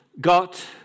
got